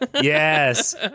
Yes